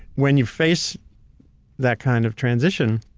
when you face that kind of transition,